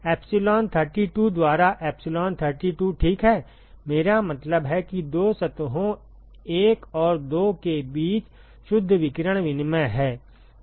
epsilon32 द्वारा epsilon32 ठीक है मेरा मतलब है कि दो सतहों 1 और 2 के बीच शुद्ध विकिरण विनिमय है